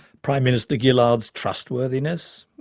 prime minister gillard's trustworthiness,